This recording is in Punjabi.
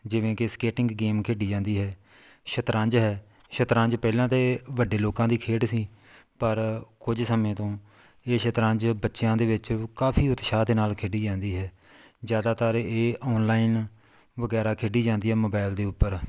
ਜਿਵੇਂ ਕਿ ਸਕੇਟਿੰਗ ਗੇਮ ਖੇਡੀ ਜਾਂਦੀ ਹੈ ਸ਼ਤਰੰਜ ਹੈ ਸ਼ਤਰੰਜ ਪਹਿਲਾਂ ਤਾਂ ਵੱਡੇ ਲੋਕਾਂ ਦੀ ਖੇਡ ਸੀ ਪਰ ਕੁਝ ਸਮੇਂ ਤੋਂ ਇਹ ਸ਼ਤਰੰਜ ਬੱਚਿਆਂ ਦੇ ਵਿੱਚ ਕਾਫੀ ਉਤਸ਼ਾਹ ਦੇ ਨਾਲ ਖੇਡੀ ਜਾਂਦੀ ਹੈ ਜ਼ਿਆਦਾਤਰ ਇਹ ਔਨਲਾਈਨ ਵਗੈਰਾ ਖੇਡੀ ਜਾਂਦੀ ਏ ਮੋਬਾਇਲ ਦੇ ਉੱਪਰ